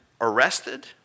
arrested